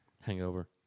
Hangover